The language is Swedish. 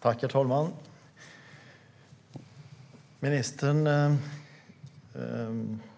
Herr talman! Ministern